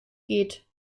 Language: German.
geht